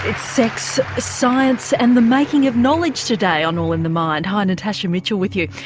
it's sex, science and the making of knowledge today on all in the mind. hi, natasha mitchell with you,